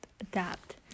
adapt